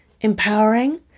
empowering